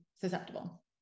susceptible